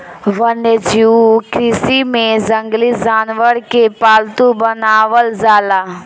वन्यजीव कृषि में जंगली जानवरन के पालतू बनावल जाला